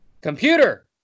Computer